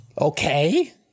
Okay